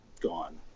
gone